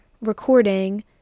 recording